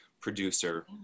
producer